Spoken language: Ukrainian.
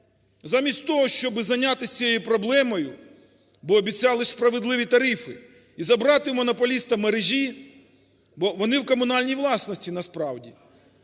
Замість того, щоб зайнятися цією проблемою, бо обіцяли справедливі тарифи і забрати в монополіста мережі, бо вони в комунальній власності насправді,